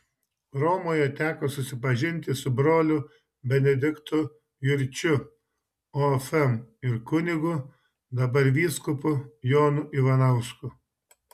romoje teko susipažinti su broliu benediktu jurčiu ofm ir kunigu dabar vyskupu jonu ivanausku